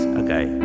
okay